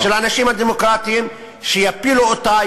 ושל האנשים הדמוקרטיים שיפילו אותה,